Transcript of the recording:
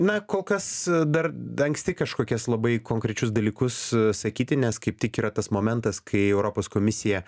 na kol kas dar anksti kažkokias labai konkrečius dalykus sakyti nes kaip tik yra tas momentas kai europos komisija